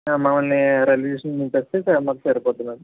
మమ్మల్ని రైల్వే స్టేషన్లో దింపేస్తే స మాకు సరిపోతుంది మ్యాడం